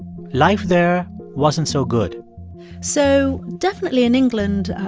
life there wasn't so good so definitely in england,